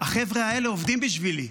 החבר'ה האלה עובדים בשבילי.